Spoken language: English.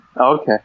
Okay